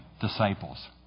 disciples